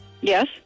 Yes